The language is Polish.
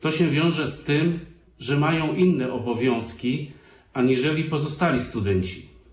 To się wiąże z tym, że mają inne obowiązki aniżeli pozostali studenci.